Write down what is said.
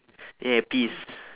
yeah peas